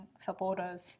supporters